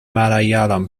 malayalam